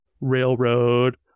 railroad